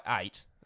eight